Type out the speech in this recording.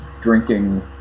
drinking